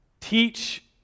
Teach